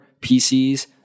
PCs